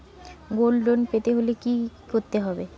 Gold loan পেতে হলে কি করতে হবে?